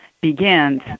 begins